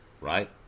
right